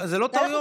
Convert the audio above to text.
לא, אלה לא טעויות.